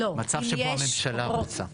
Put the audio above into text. לא, מצב שבו הממשלה רוצה.